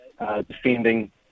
defending